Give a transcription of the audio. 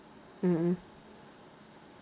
mmhmm